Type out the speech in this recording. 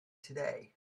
today